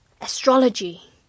astrology